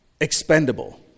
Expendable